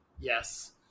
Yes